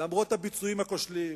למרות הביצועים הכושלים,